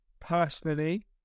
Personally